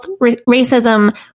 racism